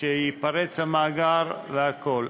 שייפרץ המאגר והכול.